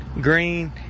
green